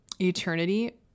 eternity